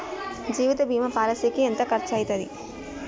జీవిత బీమా పాలసీకి ఎంత ఖర్చయితది?